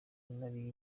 nari